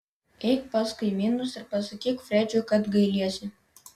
eik pas kaimynus ir pasakyk fredžiui kad gailiesi